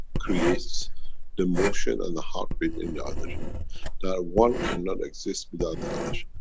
creates the motion and the heartbeat in the other, that one cannot exist without the other.